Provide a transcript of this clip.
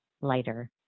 lighter